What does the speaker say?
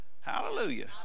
Hallelujah